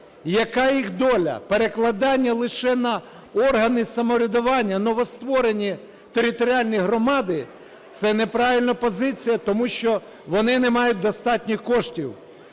яка їх доля? Перекладання лише на органи самоврядування, новостворені територіальні громади, це неправильна позиція, тому що вони не мають достатніх коштів.